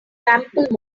sample